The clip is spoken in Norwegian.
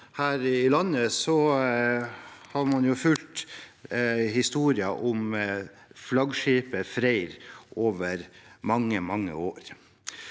her i landet, har man fulgt historien om flaggskipet Freyr over mange, mange år.